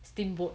steamboat